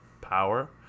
power